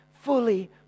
fully